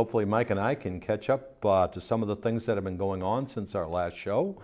hopefully mike and i can catch up to some of the things that have been going on since our last show